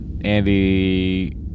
Andy